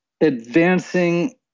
advancing